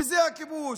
וזה הכיבוש.